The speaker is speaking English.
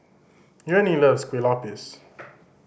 Jeannie loves Kueh Lapis